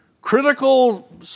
critical